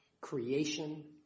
creation